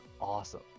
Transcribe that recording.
awesome